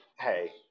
hey